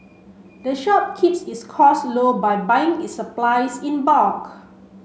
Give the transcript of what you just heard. the shop keeps its costs low by buying its supplies in bulk